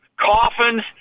coffins